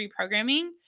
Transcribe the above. reprogramming